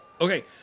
Okay